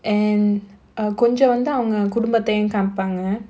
and err கொஞ்ச வந்து அவங்க குடும்பத்தயும் காம்ப்பாங்க:konja vanthu avanga kudumbathayum kaamppaanga eh